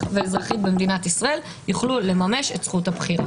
ואזרחית במדינת ישראל יוכלו לממש את זכות הבחירה.